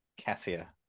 Cassia